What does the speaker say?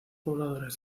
pobladores